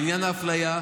לעניין האפליה,